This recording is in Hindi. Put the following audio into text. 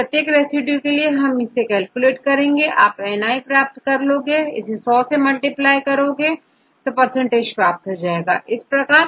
प्रत्येक रेसिड्यू के लिए आप I कैलकुलेट करते हैं और आप ni भी ज्ञात कर सकते हैं इसे100 से मल्टीप्लाई कर परसेंटेज भी प्राप्त कर सकते हैं